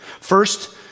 First